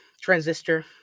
Transistor